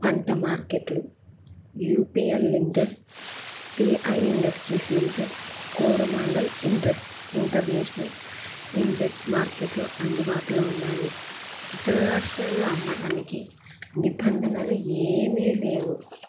పంట మార్కెట్లు UPL limited PI industries limited Coromandel ఇండస్ ఇంటర్నేషనల్ లిమిటెడ్ మార్కెట్లు అందుబాటులో ఉన్నాయి ఇతర రాష్ట్రాల్లో అమ్మడానికి నిబంధనలు ఏమీ లేవు